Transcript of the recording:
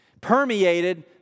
permeated